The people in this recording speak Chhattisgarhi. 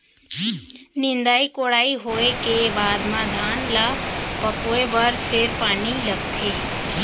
निंदई कोड़ई होवे के बाद म धान ल पकोए बर फेर पानी लगथे